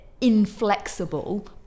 inflexible